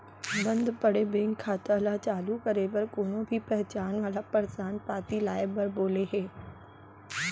बंद पड़े बेंक खाता ल चालू करे बर कोनो भी पहचान वाला परमान पाती लाए बर बोले हे